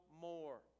more